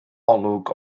olwg